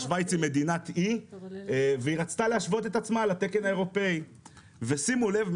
שוויץ היא מדינת אי והיא רצתה להשוות את עצמה לתקן האירופאי ושימו לב,